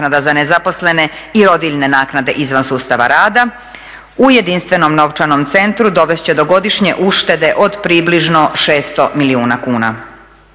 U jedinstvenom novčanom centru dovest će do godišnje uštede od približno 600 milijuna kuna.